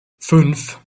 fünf